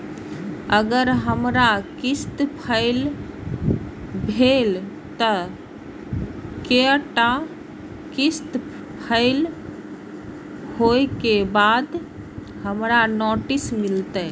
अगर हमर किस्त फैल भेलय त कै टा किस्त फैल होय के बाद हमरा नोटिस मिलते?